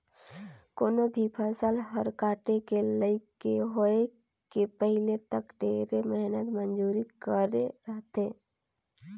कोनो भी फसल हर काटे के लइक के होए के पहिले तक ढेरे मेहनत मंजूरी करे रथे